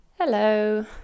Hello